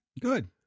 Good